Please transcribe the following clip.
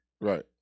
right